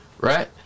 right